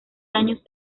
años